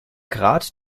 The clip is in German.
grad